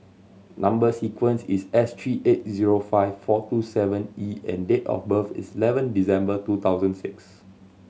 number sequence is S three eight zero five four two seven E and date of birth is eleven December two thousand six